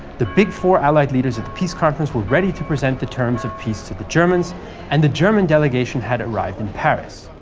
the big four allied leaders at the peace conference were ready to present the terms of peace to the germans and the german delegation had arrived in paris.